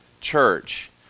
church